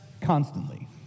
constantly